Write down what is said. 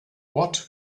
what